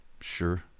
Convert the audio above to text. sure